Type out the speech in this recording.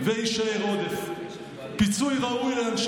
עולב שבעולב לדבר